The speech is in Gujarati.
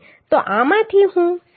તો આમાંથી હું 17